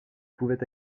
pouvait